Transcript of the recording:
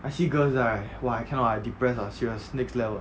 I see girls die right !wah! I cannot ah I depressed ah serious next level